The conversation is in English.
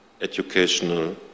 educational